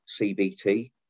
CBT